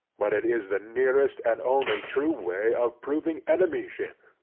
but it is the nearest and only true way of proving enemyship,